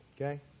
okay